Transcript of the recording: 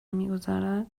میگذرد